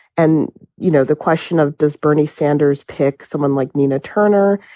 and you know, the question of does bernie sanders pick someone like nina turner?